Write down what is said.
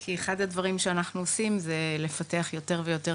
כי אחד הדברים שאנחנו עושים זה לפתח יותר ויותר